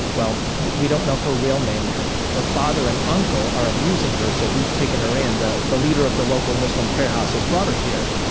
well we don't know her real name. but her her father and uncle are abusing her, so we've taken her in. the the leader of the local muslim prayer house has brought her here.